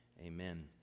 amen